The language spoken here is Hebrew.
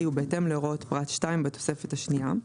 ובהתאם להוראות פרט (2) בתוספת השנייה,